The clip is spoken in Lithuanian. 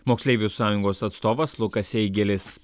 moksleivių sąjungos atstovas lukas eigėlis